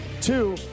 Two